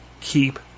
keep